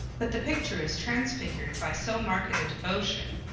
but the picture is transfigured by so marked a devotion,